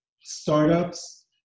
startups